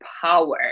power